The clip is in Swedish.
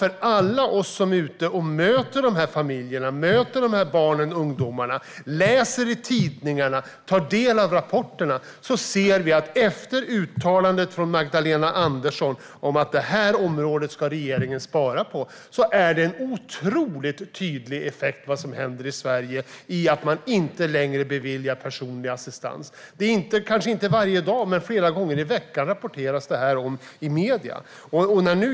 Men alla vi som är ute och möter dessa familjer, barn och ungdomar, läser tidningarna och tar del av rapporterna ser att det blev en otroligt tydlig effekt i Sverige efter Magdalena Anderssons uttalande att regeringen ska spara på detta område. Man beviljar inte längre personlig assistans. Det sker kanske inte varje dag, men flera gånger i veckan rapporteras det om detta i medierna.